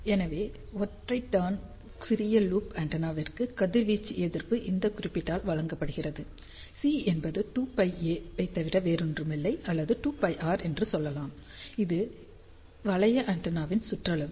எனவே ஒற்றை டர்ன் சிறிய லூப் ஆண்டெனாவிற்கு கதிர்வீச்சு எதிர்ப்பு இந்த குறிப்பிட்டால் வழங்கப்படுகிறது C என்பது 2πa ஐத் தவிர வேறொன்றுமில்லை அல்லது 2πr என்று சொல்லலாம் இது வளைய ஆண்டெனாவின் சுற்றளவு